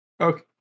Okay